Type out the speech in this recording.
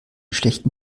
schlechten